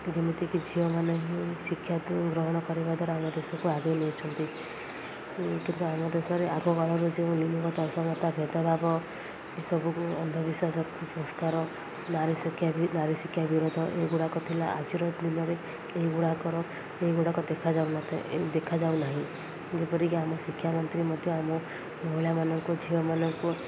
ଯେମିତିକି ଝିଅମାନେ ହି ଶିକ୍ଷା ଗ୍ରହଣ କରିବା ଦ୍ୱାରା ଆମ ଦେଶକୁ ଆଗେଇ ନେଉଛନ୍ତି କିନ୍ତୁ ଆମ ଦେଶରେ ଆଗକାଳର ଯେଉଁ ଭେଦଭାବ ଏସବୁକୁ ଅନ୍ଧବିଶ୍ୱାସ କୁସସ୍କାର ନାରୀ ଶିକ୍ଷା ବି ନାରୀ ଶିକ୍ଷା ବିରୋଧ ଏଗୁଡ଼ାକ ଥିଲା ଆଜିର ଦିନରେ ଏ ଗୁଡ଼ାକର ଏଗୁଡ଼ାକ ଦେଖାଯାଉନଥାଏ ଦେଖାଯାଉନାହିଁ ଯେପରିକି ଆମ ଶିକ୍ଷା ମନ୍ତ୍ରୀ ମଧ୍ୟ ଆମ ମହିଳାମାନଙ୍କୁ ଝିଅମାନଙ୍କୁ